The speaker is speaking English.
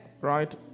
Right